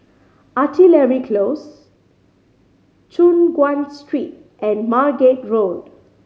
Artillery Close Choon Guan Street and Margate Road